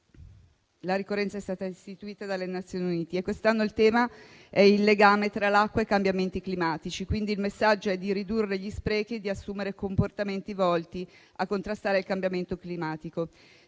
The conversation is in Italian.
Tale ricorrenza è stata istituita dalle Nazioni Unite e quest'anno il tema riguarda il legame tra l'acqua e i cambiamenti climatici; quindi il messaggio è quello di ridurre gli sprechi e di assumere comportamenti volti a contrastare il cambiamento climatico.